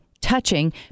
touching